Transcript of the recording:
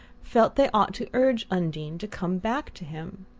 felt they ought to urge undine to come back to him.